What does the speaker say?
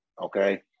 okay